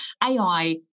AI